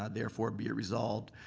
ah therefore it be resolved.